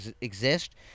exist